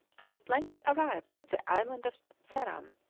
and at length arrived at the island of ceram,